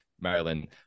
Maryland